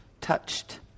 Touched